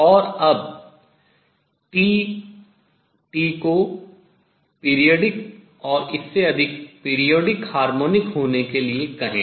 और अब T को periodic पीरियाडिक और इससे अधिक periodic harmonic पीरियाडिक हार्मोनिक होने के लिए कहें